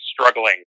struggling